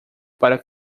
para